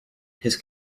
his